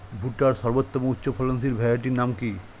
ভুট্টার সর্বোত্তম উচ্চফলনশীল ভ্যারাইটির নাম কি?